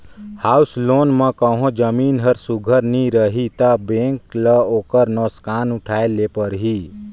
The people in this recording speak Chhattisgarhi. हाउस लोन म कहों जमीन हर सुग्घर नी रही ता बेंक ल ओकर नोसकान उठाए ले परही